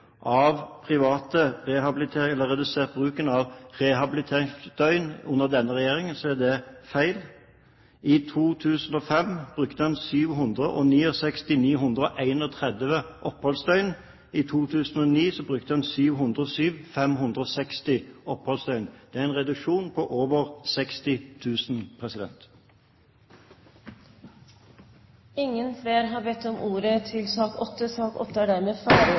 av rehabiliteringsdøgn ved private institusjoner under denne regjeringen, er det feil. I 2005 brukte en 769 931 oppholdsdøgn, i 2009 brukte en 707 560 oppholdsdøgn. Det er en reduksjon på over 60 000. Flere har ikke bedt om ordet til sak nr. 8. Sammenhengen mellom alkohol og helse er